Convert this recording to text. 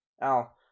Al